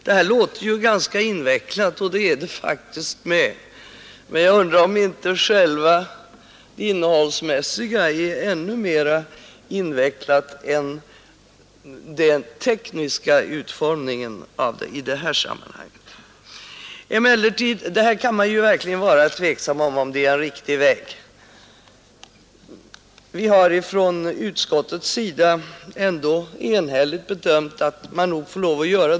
Detta låter ganska invecklat, och det är det faktiskt också. Men jag undrar om inte det innehållsmässiga är ännu mer invecklat än den tekniska utformningen av det. Man kan verkligen ställa sig tveksam till om detta är en riktig väg. Vi har från utskottets sida ändå enhälligt bedömt det så att man nog får tillstyrka förslaget.